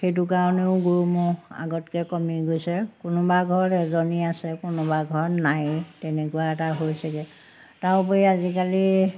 সেইটো কাৰণেও গৰু ম'হ আগতকৈ কমি গৈছে কোনোবা ঘৰত এজনী আছে কোনোবা ঘৰত নাই তেনেকুৱা এটা হৈছেগৈ তাৰ উপৰি আজিকালি